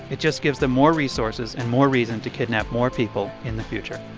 it just gives them more resources and more reason to kidnap more people in the future.